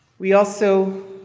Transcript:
we also,